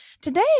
today